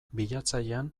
bilatzailean